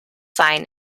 sign